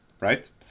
right